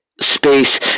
space